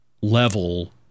level